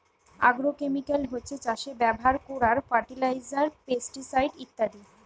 agrochemical হচ্ছে চাষে ব্যাভার কোরার ফার্টিলাইজার, পেস্টিসাইড ইত্যাদি